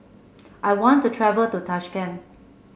I want to travel to Tashkent